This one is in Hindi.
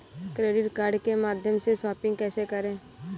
क्रेडिट कार्ड के माध्यम से शॉपिंग कैसे करें?